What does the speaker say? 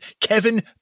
kevin